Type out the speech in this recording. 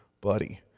buddy